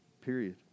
period